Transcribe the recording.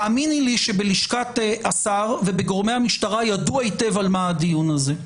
האמיני לי שבלשכת השר ובגורמי המשטרה ידעו היטב על מה הדיון הזה.